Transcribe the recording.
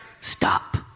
stop